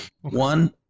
One